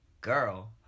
girl